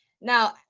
Now